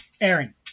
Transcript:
Aaron